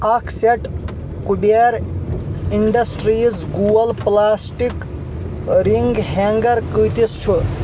اکھ set Kabir industries گول plastic رنٛگ ہینٛگر قۭتِس چھُ